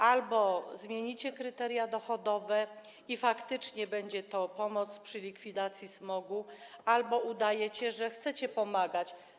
Albo zmieniacie kryteria dochodowe i faktycznie będzie to pomoc przy likwidacji smogu, albo udajecie, że chcecie pomagać.